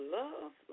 love